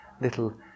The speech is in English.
Little